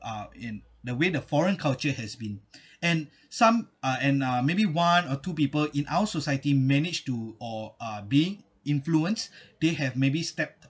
uh in the way the foreign culture has been and some are and uh maybe one or two people in our society managed to or uh be influence they have maybe step